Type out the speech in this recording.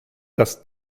das